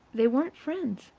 they weren't friends.